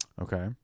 Okay